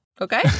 Okay